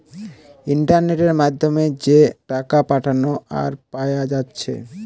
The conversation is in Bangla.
ইন্টারনেটের মাধ্যমে যে টাকা পাঠানা আর পায়া যাচ্ছে